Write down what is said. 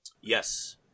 Yes